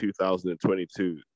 2022